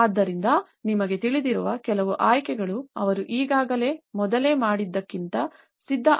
ಆದ್ದರಿಂದ ನಿಮಗೆ ತಿಳಿದಿರುವ ಕೆಲವು ಆಯ್ಕೆಗಳು ಅವರು ಈಗಾಗಲೇ ಮೊದಲೇ ಮಾಡಿದ್ದಕ್ಕಿಂತ ಸಿದ್ಧ ಆಯ್ಕೆಗಳೊಂದಿಗೆ ಬರುತ್ತವೆ